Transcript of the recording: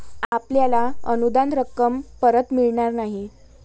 आपल्याला अनुदान रक्कम परत मिळणार नाही